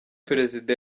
perezida